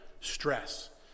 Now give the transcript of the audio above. Stress